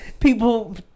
People